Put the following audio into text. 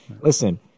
Listen